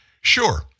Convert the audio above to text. Sure